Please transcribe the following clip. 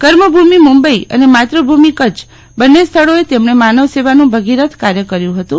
કર્મભૂમિ મુંબઈ અને માતૃભુમી કચ્છ બંને સ્થળોએ તેમને માનવસેવાનું ભગીરથ કાર્ય કર્યું હતું